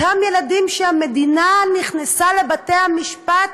אותם ילדים שהמדינה נכנסה לבתי המשפט